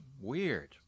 weird